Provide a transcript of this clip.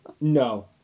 No